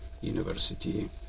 University